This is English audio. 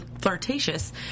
flirtatious